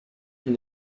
from